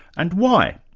and why?